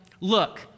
look